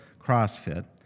CrossFit